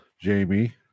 Jamie